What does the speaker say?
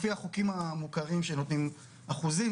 לפי החוקים המוכרים שנותנים אחוזים,